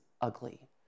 ugly